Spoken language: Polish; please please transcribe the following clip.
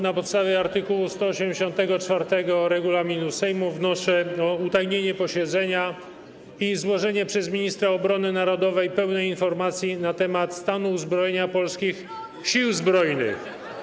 Na podstawie art. 184 regulaminu Sejmu wnoszę o utajnienie posiedzenia i złożenie przez ministra obrony narodowej pełnej informacji na temat stanu uzbrojenia polskich Sił Zbrojnych.